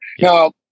now